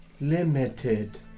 Limited